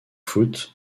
foot